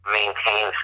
maintain